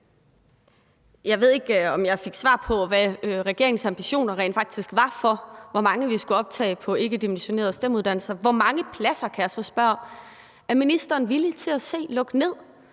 Jeg ved ikke, om jeg fik svar på, hvad regeringens ambitioner rent faktisk var for, hvor mange vi skulle optage på ikkedimensionerede STEM-uddannelser. Hvor mange pladser, kan jeg så spørge, er ministeren villig til at se lukke ned?